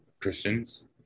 Christians